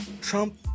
Trump